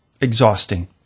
exhausting